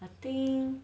I think